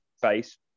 face